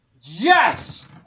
Yes